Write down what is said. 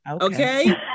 Okay